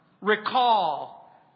recall